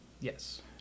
Yes